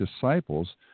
disciples